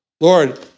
Lord